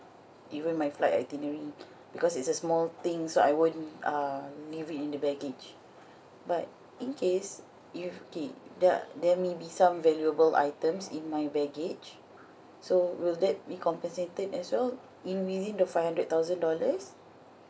even my flight itinerary because it's a small thing so I won't uh leave it in the baggage but in case if okay the there may be some valuable items in my baggage so will that be compensated as well in within the five hundred thousand dollars